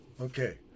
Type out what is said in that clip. okay